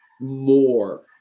more